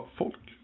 folk